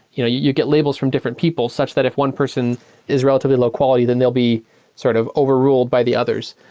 you know you get labels from different people such that if one person is relatively low quality, then they'll be sort of overruled by the others.